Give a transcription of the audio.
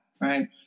right